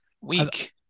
week